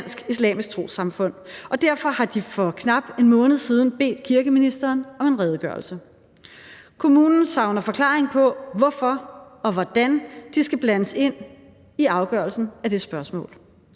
Dansk Islamisk Trossamfund, og derfor har de for knap en måned siden bedt kirkeministeren om en redegørelse. Kommunen savner forklaring på, hvorfor og hvordan de skal blandes ind i afgørelsen af det spørgsmål.